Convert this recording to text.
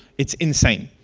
it's insane,